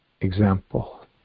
example